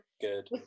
good